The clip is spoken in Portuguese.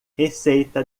receita